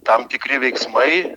tam tikri veiksmai